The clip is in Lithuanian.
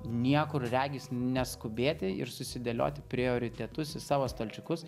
niekur regis neskubėti ir susidėlioti prioritetus į savo stalčiukus